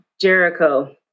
Jericho